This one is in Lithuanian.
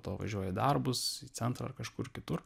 to važiuoja darbus į centrą ar kažkur kitur